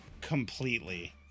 completely